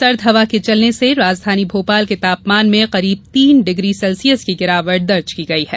सर्द हवा के चलने से राजधानी भोपाल के तापमान में करीब तीन डिग्री सेल्सियस की गिरावट दर्ज की गई है